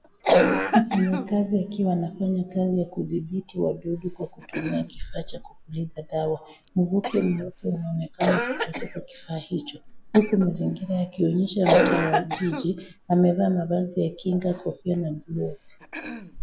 Mfanyakazi akiwa anafanya kazi ya kudhibiti wadudu kwa kutumia kifaa cha kupuliza dawa. Mhuki mmoja unaaonekana kutoka kwa kifaa hicho huku mazingira mtaa wa jiji, amevaa mavazi ya kinga kofia na glovu.